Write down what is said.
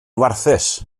warthus